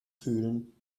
fühlen